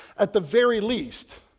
at the very least,